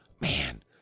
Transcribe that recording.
man